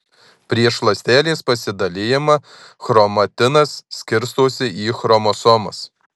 prieš ląstelės pasidalijimą chromatinas skirstosi į chromosomas